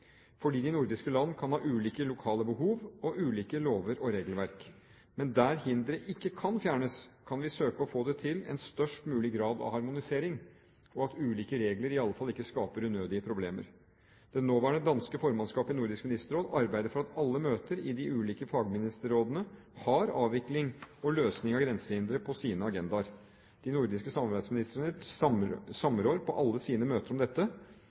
fordi de nordiske land kan ha ulike lokale behov og ulike lover og regelverk. Men der hindre ikke kan fjernes, kan vi søke å få til en størst mulig grad av harmonisering og at ulike regler i alle fall ikke skaper unødige problemer. Det nåværende danske formannskapet i Nordisk ministerråd arbeider for at alle møter i de ulike fagministerrådene har avvikling og løsning av grensehindre på sine agendaer. De nordiske samarbeidsministrene samrår på alle sine møter om dette.